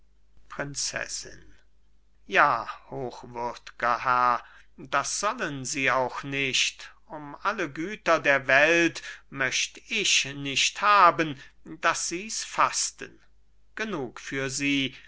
prinzessin ja hochwürdger herr das sollen sie auch nicht um alle güter der welt möcht ich nicht haben daß sies faßten genug für sie